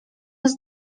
nas